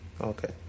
Okay